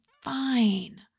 fine